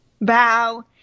bow